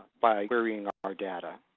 by querying our data.